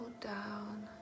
down